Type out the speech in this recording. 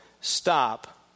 Stop